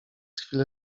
chwilę